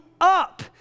up